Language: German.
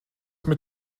mit